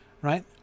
right